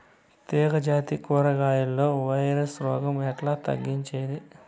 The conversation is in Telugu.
తీగ జాతి కూరగాయల్లో వైరస్ రోగం ఎట్లా తగ్గించేది?